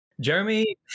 Jeremy